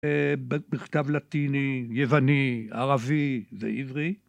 בכתב לטיני, יווני, ערבי ועברי.